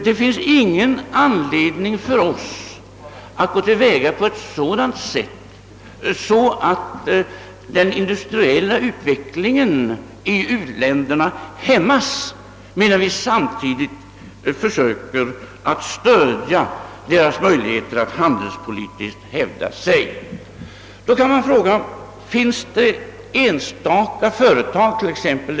Det finns ingen anledning för oss att gå till väga på ett sådant sätt, att den industriella utvecklingen i u-länderna hämmas, medan vi samtidigt försöker stödja dem när det gäller att hävda sig handelspolitiskt. Man kan fråga: Finns det enstaka företag —t.ex.